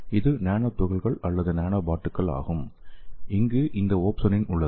இது நானோ துகள்கள் அல்லது நானோபோட்டுகள் ஆகும் இங்கு இந்த ஓப்சோனின் உள்ளது